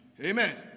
Amen